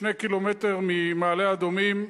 כ-2 קילומטר ממעלה-אדומים,